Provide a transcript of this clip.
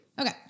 okay